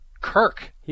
Kirk